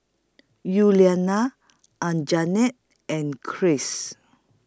Yuliana Anjanette and Kris